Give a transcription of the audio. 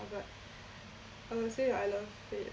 but I would say I love it